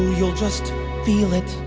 you'll just feel it.